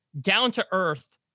down-to-earth